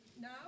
No